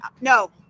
no